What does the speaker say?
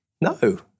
No